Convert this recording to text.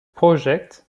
project